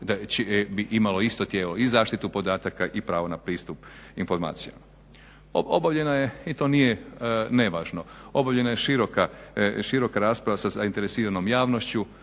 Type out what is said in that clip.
bi imalo isto tijelo i zaštitu podataka i pravo na pristup informacijama. Obavljena je i to nije nevažno, obavljena je široka rasprava sa zainteresiranom javnošću.